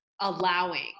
Allowing